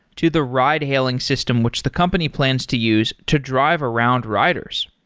to the ride hailing system, which the company plans to use to drive around riders.